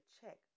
check